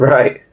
Right